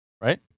right